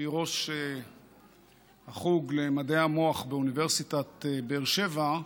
שהיא ראש החוג למדעי המוח באוניברסיטת באר שבע,